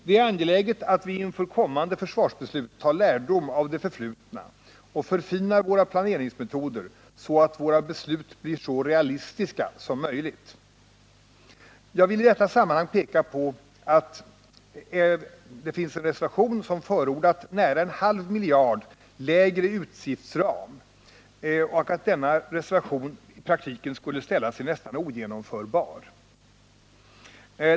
Det är angeläget att vi inför kommande försvarsbeslut tar lärdom av det förflutna och att vi förfinar våra planeringsmetoder, så att våra beslut blir så realistiska som möjligt. Jag vill i detta sammanhang peka på att det finns en reservation som förordar nära en halv miljard lägre utgiftsram och att denna reservation i praktiken skulle ställa sig nästan ogenomförbar.